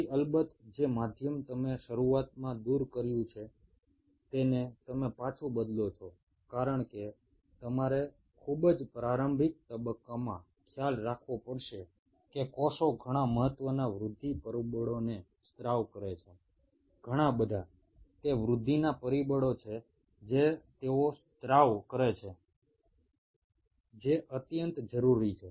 પછી અલબત્ત જે માધ્યમ તમે શરૂઆતમાં દૂર કર્યું છે તેને તમે પાછું બદલો છો કારણ કે તમારે ખૂબ જ પ્રારંભિક તબક્કામાં ખ્યાલ રાખવો પડશે કે કોષો ઘણા મહત્વના વૃદ્ધિ પરિબળોને સ્ત્રાવ કરે છે ઘણા બધા તે વૃદ્ધિના પરિબળો છે જે તેઓ સ્ત્રાવ કરે છે જે અત્યંત જરૂરી છે